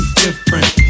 different